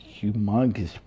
humongous